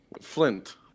Flint